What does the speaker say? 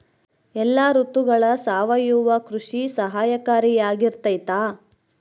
ಎಲ್ಲ ಋತುಗಳಗ ಸಾವಯವ ಕೃಷಿ ಸಹಕಾರಿಯಾಗಿರ್ತೈತಾ?